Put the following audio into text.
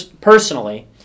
personally